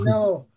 No